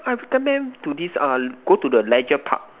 I recommend to this uh go to the Leisure Park